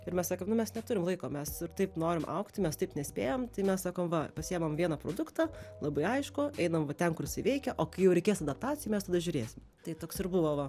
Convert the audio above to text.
ir mes sakėm nu mes neturim laiko mes ir taip norim augti mes taip nespėjam tai mes sakom va pasiimam vieną produktą labai aišku einam ten kur jisai veikia o kai jau reikės adaptacijų mes tada žiūrėsim tai toks ir buvo va